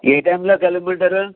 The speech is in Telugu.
ఏ టైమ్లో కలవమంటారు